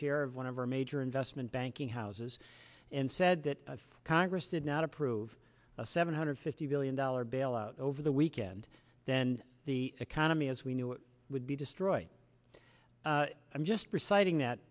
chair of one of our major investment banking houses and said that if congress did not approve a seven hundred fifty billion dollars bailout over the weekend then the economy as we knew it would be destroyed i'm just reciting that